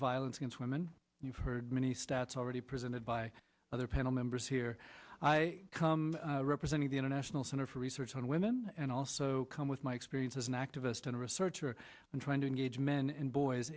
violence against women you've heard many stats already presented by other panel members here i come representing the international center for research on women and also come with my experience as an activist and a researcher and trying to engage men and boys